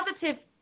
positive